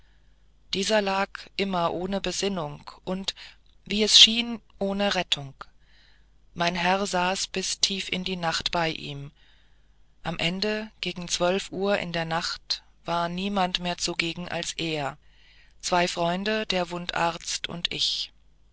dieser lag immer ohne besinnung und wie es schien ohne rettung mein herr saß bis tief in die nacht bei ihm am ende gegen zwölf uhr hin in der nacht war niemand mehr zugegen als er zwei freunde der wundarzt und ich